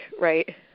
right